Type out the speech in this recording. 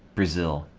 brazil